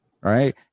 right